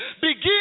Begin